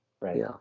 Right